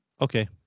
Okay